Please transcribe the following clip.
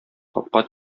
капка